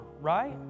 right